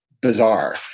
bizarre